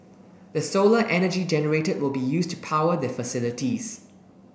the solar energy generated will be used to power their facilities